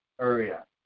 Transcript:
area